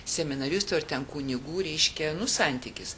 seminaristų ar ten kunigų reiškia nu santykis